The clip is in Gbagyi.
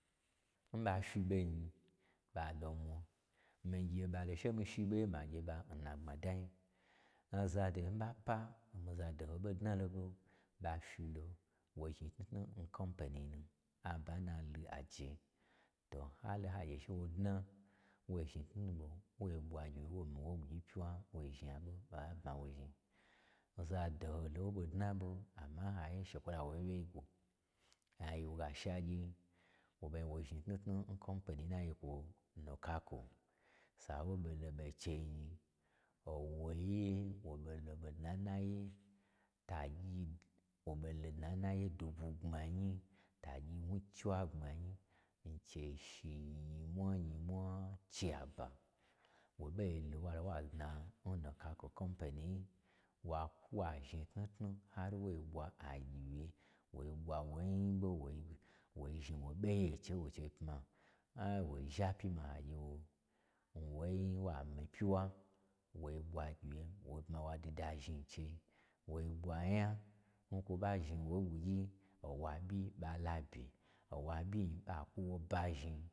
N ɓa fyi ɓo nyi, ɓa lon mwa, mii gye ɓa lo che myi shiwye magye ɓa n na gbmadai, azado n ma pa, o mii zadoho ɓo dnalo ɓo, ɓa fyilo woi zhni tnutnu n company nu, aba na lu aje, to n halo hagye che wo dna, wo zhni tnutnu ɓo wo ɓwagyiwye, wo mii woin ɓwugyi fwuwa, wo zhni aɓo n ɓa ɓa bmawo zhni, oza doho lon wo ɓo dnaɓo amma n haiye she kwola wo wyewyei gwo, a yi wo ge asha agye, wo ɓo zhni wo zhni tnutnu n kompeni n ayi kwo ga mataco sa n wo ɓo lo ɓo n chei nyi owo ye wo ɓo lo ɓo dnan naye tagyi-wo ɓo lo dna n na ye dwu bwu gbmanyi tagyi gnwu chiwagbma nyi n chei shi nyimwa nyamwa chei aba. Wo ɓo lo wa dna n nakaco company yi, wa-wa zhni tnutnu, har wo ɓwa agyiloye, wo ɓwa wo nyi ɓo woi-woi zhni wo ɓei yin chei che wo che pma. N hagye. wo zhapyi ma hagyewo n wonyi wa myi pyiwa, wa ɓwagyi wye, wo bma wa dida zhni n che, wo ɓwanya n kwo ɓa zhni wo nyi ɓwugyi, owa ɓyi ɓa la bye, owa ɓyin ɓa kwu oɓa zhni